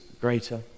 greater